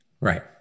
Right